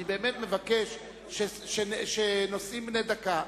אני באמת מבקש שבנאומים בני דקה,